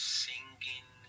singing